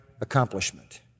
accomplishment